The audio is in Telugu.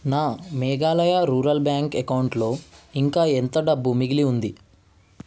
నా మేఘాలయ రూరల్ బ్యాంక్ అకౌంటులో ఇంకా ఎంత డబ్బు మిగిలి ఉంది